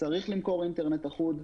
צריך למכור אינטרנט אחוד,